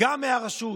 גם מהרשות